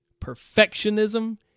perfectionism